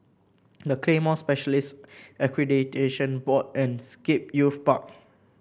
The Claymore Specialists Accreditation Board and Scape Youth Park